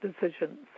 decisions